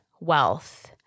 wealth